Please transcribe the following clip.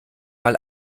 mal